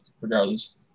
regardless